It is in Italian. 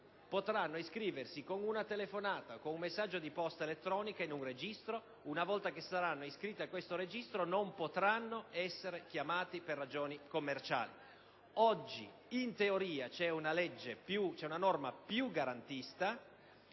in un registro, con una telefonata o con un messaggio di posta elettronica. Una volta che saranno iscritti a questo registro, non potranno essere chiamati per ragioni commerciali. Oggi, in teoria, c'è una norma più garantista,